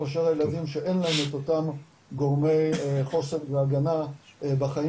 מאשר הילדים שאין להם את אותם גורמי חוסן והגנה בחיים